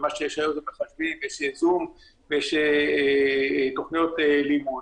ומה שיש היום זה --- ויש זום ויש תכניות לימוד.